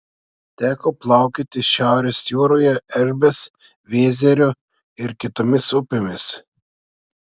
teko plaukioti šiaurės jūroje elbės vėzerio ir kitomis upėmis